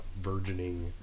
virgining